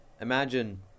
Imagine